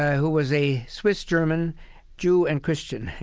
who was a swiss-german jew and christian.